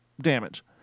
damage